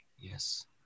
Yes